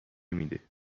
میده